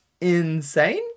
insane